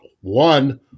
one